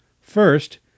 First